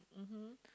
mmhmm